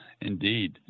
indeed